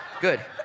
good